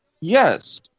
yes